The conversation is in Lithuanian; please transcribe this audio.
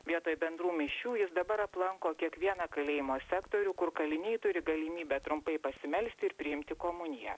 vietoj bendrų mišių jis dabar aplanko kiekvieną kalėjimo sektorių kur kaliniai turi galimybę trumpai pasimelsti ir priimti komuniją